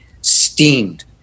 steamed